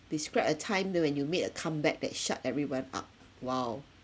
describe a time uh when you made a comeback that shut everyone up !wow!